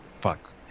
Fuck